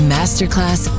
Masterclass